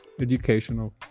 educational